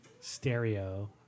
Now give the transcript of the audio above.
stereo